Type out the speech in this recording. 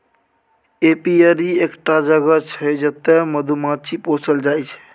apiary एकटा जगह छै जतय मधुमाछी पोसल जाइ छै